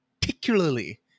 particularly